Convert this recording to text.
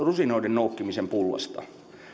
rusinoiden noukkimisen pullasta